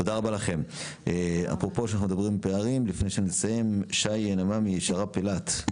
ואפרופו פערים שי נממי, שר"פ אילת.